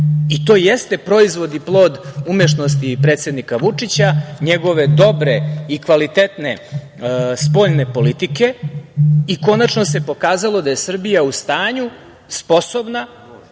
jeste proizvod i plod umešnosti predsednika Vučića, njegove dobre i kvalitetne spoljne politike i konačno se pokazalo da je Srbija u stanju, sposobna